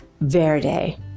Verde